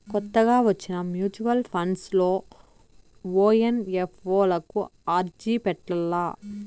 కొత్తగా వచ్చిన mutual funds లో ఓ ఎన్.ఎఫ్.ఓ లకు అర్జీ పెట్టల్ల